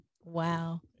wow